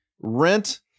Rent